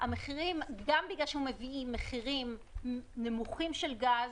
גם בגלל שהם מביאים מחירים נמוכים של גז,